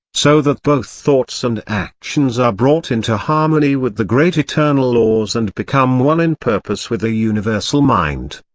so that both thoughts and actions are brought into harmony with the great eternal laws and become one in purpose with the universal mind.